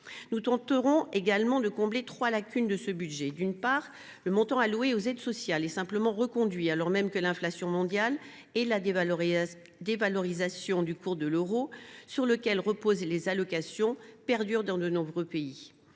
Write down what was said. Nous tenterons également de combler plusieurs lacunes de ce budget. Tout d’abord, le montant alloué aux aides sociales est simplement reconduit, alors même que l’inflation mondiale et la dévalorisation du cours de l’euro, sur lequel reposent les allocations, perdurent dans de nombreux pays.